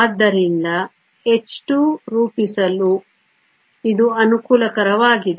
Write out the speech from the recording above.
ಆದ್ದರಿಂದ H2 ರೂಪಿಸಲು ಇದು ಅನುಕೂಲಕರವಾಗಿದೆ